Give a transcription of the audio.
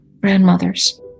grandmothers